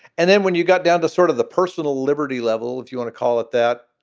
and then when you got down to sort of the personal liberty level, if you want to call it that,